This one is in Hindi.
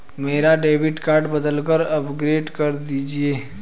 मेरा डेबिट कार्ड बदलकर अपग्रेड कर दीजिए